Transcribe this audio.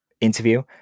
interview